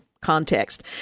context